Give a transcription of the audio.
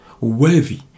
worthy